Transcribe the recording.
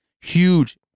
Huge